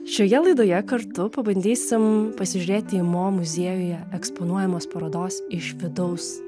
šioje laidoje kartu pabandysim pasižiūrėti mo muziejuje eksponuojamos parodos iš vidaus